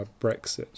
Brexit